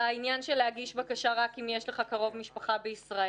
והעניין של להגיש בקשה רק אם יש לך קרוב משפחה בישראל?